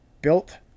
Built